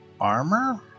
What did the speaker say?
armor